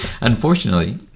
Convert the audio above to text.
Unfortunately